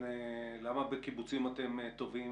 למה בקיבוצים אתם טובים